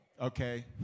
Okay